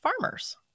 farmers